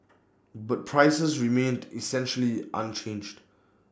but prices remained essentially unchanged